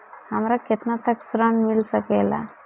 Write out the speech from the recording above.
हमरा केतना तक ऋण मिल सके ला?